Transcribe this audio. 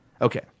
okay